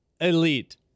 elite